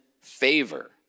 favor